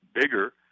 bigger